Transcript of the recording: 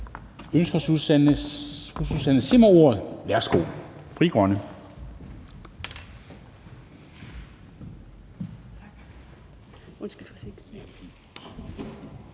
Ønsker fru Susanne Zimmer ordet? Værsgo, Frie Grønne.